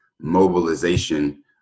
mobilization